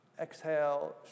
Exhale